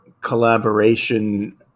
collaboration